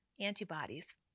antibodies